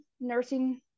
nursing